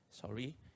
Sorry